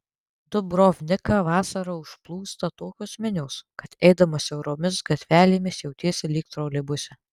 dubrovniką vasarą užplūsta tokios minios kad eidamas siauromis gatvelėmis jautiesi lyg troleibuse